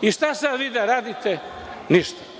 I šta sada vi da radite? Ništa.